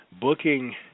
booking